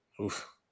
Oof